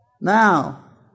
Now